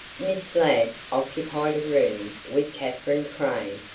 miss ladd occupied a room with katherine crane.